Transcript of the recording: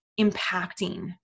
impacting